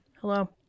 Hello